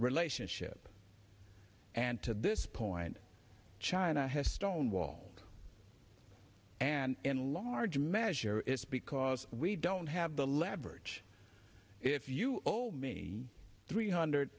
relationship and to this point china has stonewall and in large measure it's because we don't have the leverage if you owe me three hundred